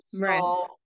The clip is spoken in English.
right